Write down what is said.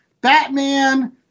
Batman